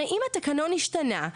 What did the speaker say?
הרי אם התקנון השתנה,